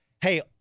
hey